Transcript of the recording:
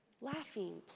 laughing